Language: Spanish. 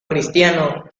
cristiano